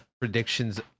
predictions